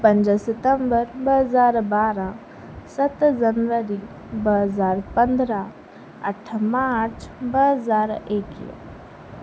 पंज सितंबर ॿ हज़ार ॿारहं सत जनवरी ॿ हज़ार पंद्रहं अठ मार्च ॿ हज़ार एकवीह